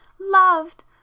loved